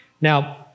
Now